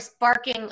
barking